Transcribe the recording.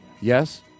Yes